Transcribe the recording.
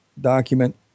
document